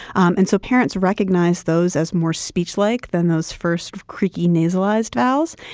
and so parents recognize those as more speech-like than those first, creaky nasalized vowels.